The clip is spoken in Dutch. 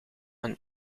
een